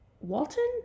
Walton